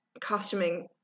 costuming